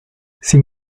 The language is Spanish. sin